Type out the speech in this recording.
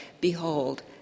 behold